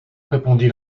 répondit